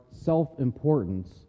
self-importance